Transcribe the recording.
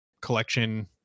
collection